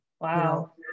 Wow